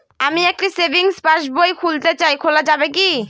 আমি একটি সেভিংস পাসবই খুলতে চাই খোলা যাবে কি?